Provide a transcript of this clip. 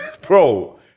bro